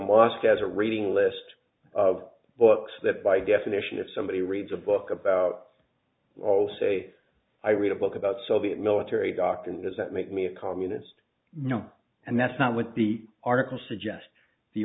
mosque as a reading list of books that by definition if somebody reads a book about all say i read a book about soviet military doctrine does that make me a communist no and that's not what the article suggests the